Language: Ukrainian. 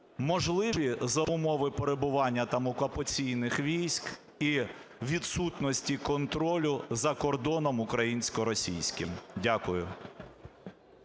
можливі за умови перебування там окупаційних військ і відсутності контролю за кордоном українсько-російським? Дякую.